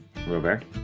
Robert